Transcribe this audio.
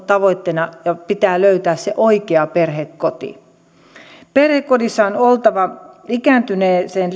tavoitteena pitää olla löytää hoidettavalle se oikea perhekoti perhekodissa on oltava ikääntyneen